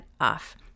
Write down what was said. off